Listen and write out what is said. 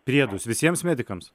priedus visiems medikams